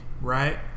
right